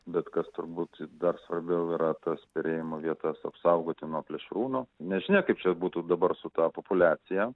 bet kas turbūt dar svarbiau yra tas perėjimo vietas apsaugoti nuo plėšrūnų nežinia kaip čia būtų dabar su ta populiacija